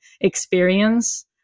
experience